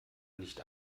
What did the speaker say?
nicht